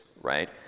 right